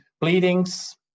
bleedings